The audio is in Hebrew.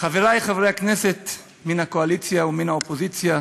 חברי חברי הכנסת מן הקואליציה ומן האופוזיציה,